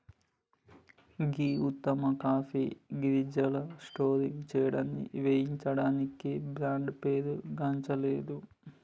గీ ఉత్తమ కాఫీ గింజలను సోర్సింగ్ సేయడానికి వేయించడానికి బ్రాండ్ పేరుగాంచలేదు